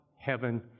heaven